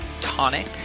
Tonic